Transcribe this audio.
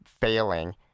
failing